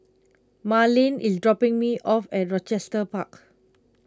Marleen is dropping me off at Rochester Park